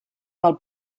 del